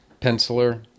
penciler